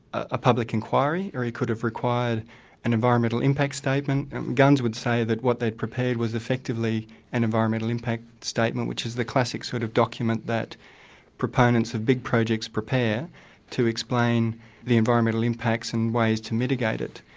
a public inquiry, or he could have required an environmental impact statement. and gunns would say that what they prepared was effectively an environmental impact statement, which is the classic sort of document that proponents of big projects prepare to explain the environmental impacts and ways to mitigate it.